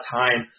time